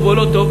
טוב או לא טוב,